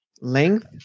length